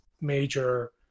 major